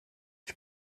ich